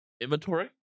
inventory